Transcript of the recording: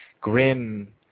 grim